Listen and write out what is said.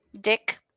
Dick